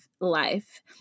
life